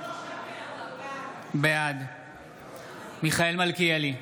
בעד מיכאל מלכיאלי,